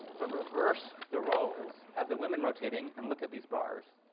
but reverse the roles, have the women rotating, and look at these bars.